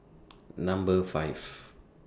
Number five